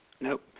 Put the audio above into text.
Nope